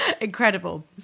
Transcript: Incredible